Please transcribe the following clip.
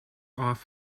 off